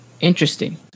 Interesting